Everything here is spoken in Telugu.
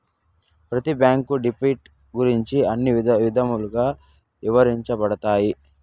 ప్రతి బ్యాంకులో డెబిట్ గురించి అన్ని విధాలుగా ఇవరించబడతాయి